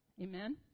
Amen